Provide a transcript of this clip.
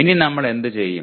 ഇനി നമ്മൾ എന്ത് ചെയ്യും